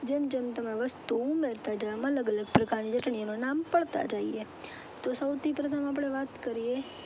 જેમ જેમ તમે વસ્તુ ઉમેરતાં જાવ એમ અલગ અલગ પ્રકારની ચટણીના નામ પડતાં જાય તો સૌથી પ્રથમ આપણે વાત કરીએ